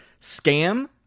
scam